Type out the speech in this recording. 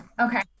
Okay